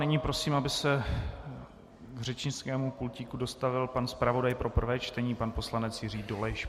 Nyní prosím, aby se k řečnickému pultíku dostavil pan zpravodaj pro prvé čtení, pan poslanec Jiří Dolejš.